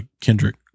Kendrick